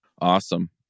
Awesome